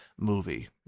movie